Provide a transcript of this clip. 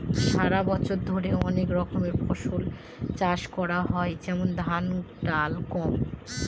সারা বছর ধরে অনেক রকমের ফসল চাষ করা হয় যেমন ধান, ডাল, গম